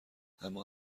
اما